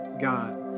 God